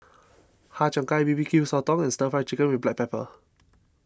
Har Cheong Gai B B Q Sotong and Stir Fry Chicken with Black Pepper